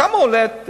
כמה עולה,